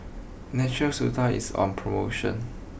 Natura Stoma is on promotion